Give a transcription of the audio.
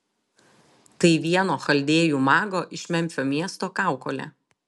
tai vieno chaldėjų mago iš memfio miesto kaukolė